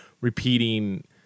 repeating